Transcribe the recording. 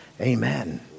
Amen